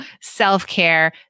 self-care